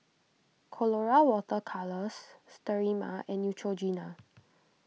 Colora Water Colours Sterimar and Neutrogena